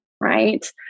right